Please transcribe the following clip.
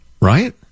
right